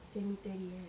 cemetery eh